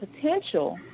potential